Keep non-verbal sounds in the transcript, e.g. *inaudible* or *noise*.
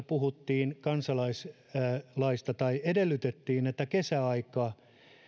*unintelligible* puhuttiin kansalaisaloitteesta ja edellytettiin että kesäaikaan